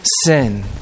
sin